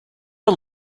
are